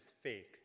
fake